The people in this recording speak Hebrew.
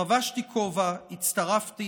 חבשתי כובע, הצטרפתי